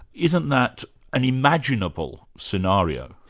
isn't that an imaginable scenario?